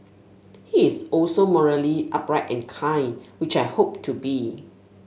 he is also morally upright and kind which I hope to be